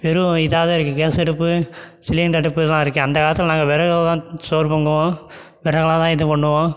வெறும் இதாக தான் இருக்குது கேஸ் அடுப்பு சிலிண்டர் அடுப்பு தான் இருக்குது அந்தக் காலத்தில் நாங்கள் வெறகில் தான் சோறு பொங்குவோம் வெறகில் தான் இது பண்ணுவோம்